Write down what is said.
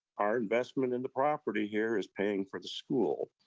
our investment in the property here is paying for the school.